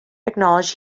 acknowledged